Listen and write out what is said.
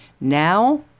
Now